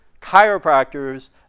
chiropractors